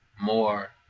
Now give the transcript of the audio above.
more